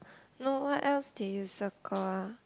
no what else did you circle ah